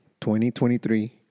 2023